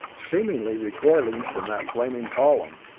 seemingly recoiling from that flaming column.